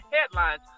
headlines